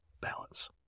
balance